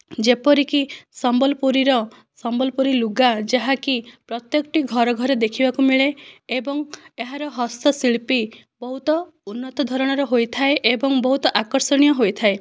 ଯେପରିକି ସମ୍ବଲପୁରୀର ସମ୍ବଲପୁରୀ ଲୁଗା ଯାହାକି ପ୍ରତ୍ୟକଟି ଘରେ ଘରେ ଦେଖିବାକୁ ମିଳେ ଏବଂ ଏହାର ହସ୍ତଶିଳ୍ପୀ ବହୁତ ଉନ୍ନତ ଧରଣର ହୋଇଥାଏ ଏବଂ ବହୁତ ଆକର୍ଷଣୀୟ ହୋଇଥାଏ